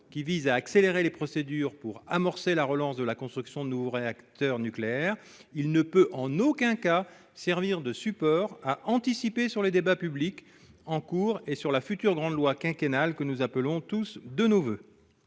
qui vise à accélérer les procédures pour amorcer la relance de la construction de nouveaux réacteurs nucléaires, ne saurait en aucun cas servir à anticiper sur les débats publics en cours et sur la future grande loi quinquennale que nous appelons tous de nos voeux.